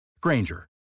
Granger